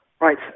Right